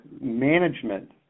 management